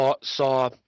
saw